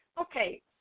Okay